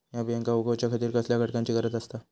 हया बियांक उगौच्या खातिर कसल्या घटकांची गरज आसता?